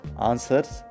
answers